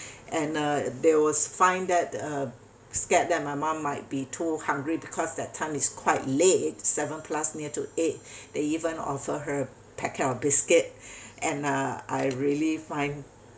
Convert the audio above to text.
and uh there was find that uh scared that my mum might be too hungry because that time is quite late seven plus near to eight they even offer her packet of biscuit and uh I really find